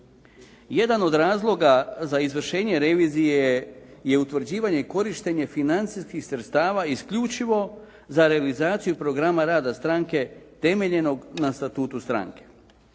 Jedan od razloga za izvršenje revizije je utvrđivanje i korištenje financijskih sredstava isključivo za realizaciju programa rada stranke temeljenog na Statutu stranke.